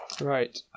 Right